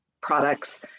products